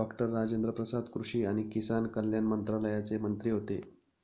doctor Rajendra Prasad कृषी आणि किसान कल्याण मंत्रालयाचे मंत्री होते